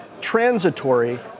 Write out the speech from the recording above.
transitory